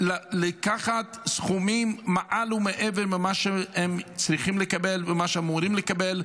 לקחת סכומים מעל ומעבר למה שהם צריכים לקבל וממה שהם אמורים לקבל,